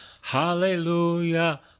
Hallelujah